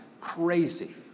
crazy